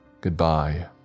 Goodbye